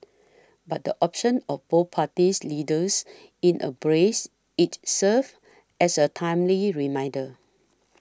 but the option of both party leaders in a brace each serves as a timely reminder